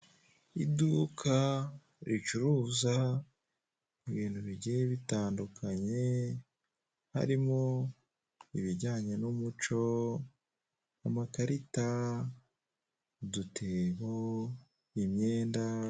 Iduka ricuruza ibintu bigiye bitandukanye harimo ibijyanye n'umuco, amakarita, udutebo, imyenda.